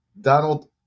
Donald